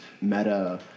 Meta